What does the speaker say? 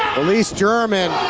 release german,